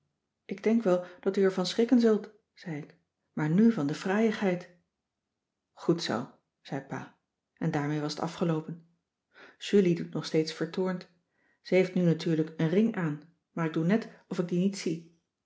ik denk wel dat u ervan schrikken zult zei ik maar nu van de fraaiïgheid goed zoo zei pa en daarmee was t afgeloopen julie doet nog steeds vertoornd ze heeft nu natuurlijk een ring aan maar ik doe net of ik die niet zie